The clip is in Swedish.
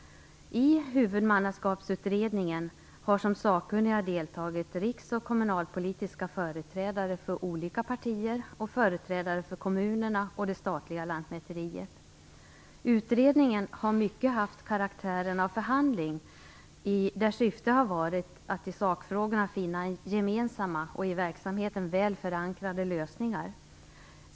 I Huvudmannaskapsutredningen har som sakkunniga deltagit riks och kommunalpolitiska företrädare för olika partier och företrädare för kommunerna och det statliga lantmäteriet. Utredningen har i mycket haft karaktären av förhandling, där syftet har varit att i sakfrågorna finna gemensamma och i verksamheten väl förankrade lösningar.